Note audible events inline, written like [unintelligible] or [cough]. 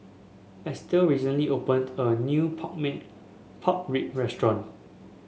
Estel recently opened a new pork [unintelligible] pork rib restaurant